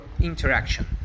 interaction